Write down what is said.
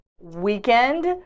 weekend